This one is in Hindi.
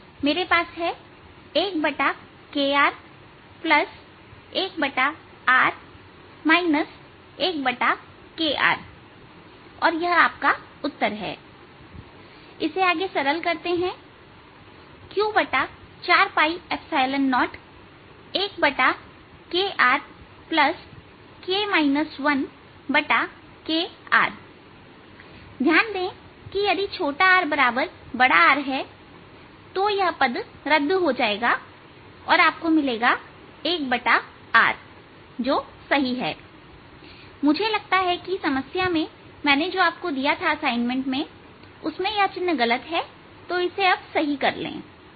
मेरे पास है 1kr1R 1kR और यह आपका उत्तर है इसे आगे सरल करते हैं Q401krk 1kRध्यान दें कि यदि छोटा r R तो यह पद रद्द हो जाएगा और आपको मिलेगा 1r जो सही है मुझे लगता है की समस्या में जो मैंने आपको दिया था असाइनमेंट में यह चिन्ह गलत है तो इसे अभी सही कर ले